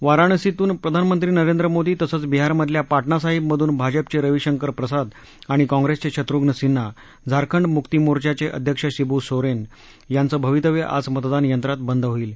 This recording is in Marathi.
वाराणसीतून प्रधानमंत्री नरेंद्र मोदी तसंच बिहारमधल्या पाटणासाहिबमधून भाजपाचे रविशंकर प्रसाद आणि काँप्रेसचे शत्रूध्न सिन्हा झारखंड मुक्ती मोर्चाचे अध्यक्ष शिबू सोरेन यांचं भवितव्य आज मतदानयत्रात बद होईल